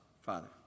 Father